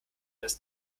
dass